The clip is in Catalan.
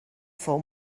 fou